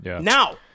Now